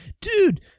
Dude